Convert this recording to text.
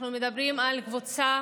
אנחנו מדברים על קבוצה